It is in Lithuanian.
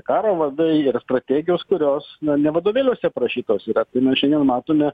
karo vadai ir strategijos kurios na ne vadovėliuose aprašytos yra tai mes šiandien matome